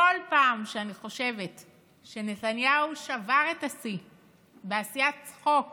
כל פעם שאני חושבת שנתניהו שבר את השיא בעשיית צחוק